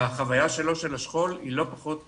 החוויה שלו של השכול היא לא פחות חמורה.